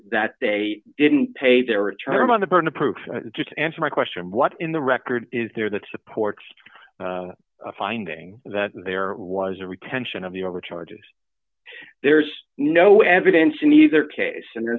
that they didn't pay their return on the burden of proof just answer my question what in the record is there that supports a finding that there was a retention of the over charges there is no evidence in either case and